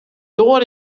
doar